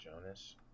Jonas